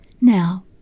Now